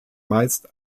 meist